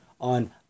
on